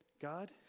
God